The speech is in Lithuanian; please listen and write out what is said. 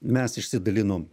mes išsidalinom